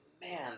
man